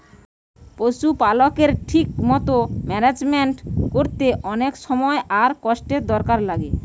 পশুপালকের ঠিক মতো ম্যানেজমেন্ট কোরতে অনেক সময় আর কষ্টের দরকার লাগে